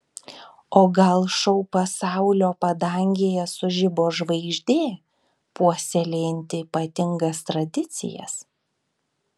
o gal šou pasaulio padangėje sužibo žvaigždė puoselėjanti ypatingas tradicijas